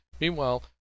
Meanwhile